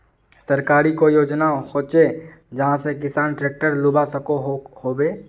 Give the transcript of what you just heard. सरकारी कोई योजना होचे जहा से किसान ट्रैक्टर लुबा सकोहो होबे?